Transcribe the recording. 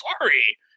sorry